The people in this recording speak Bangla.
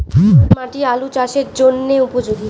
কোন মাটি আলু চাষের জন্যে উপযোগী?